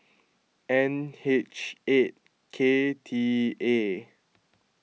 N H eight K T A